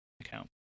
account